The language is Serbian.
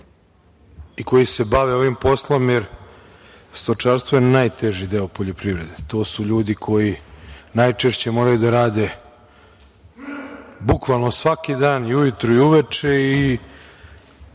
i koji se bave ovim poslom, jer stočarstvo je najteži deo poljoprivrede, to su ljudi koji najčešće moraju da rade bukvalno svaki dan i ujutru i uveče i